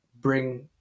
bring